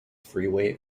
freeway